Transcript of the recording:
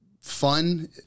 fun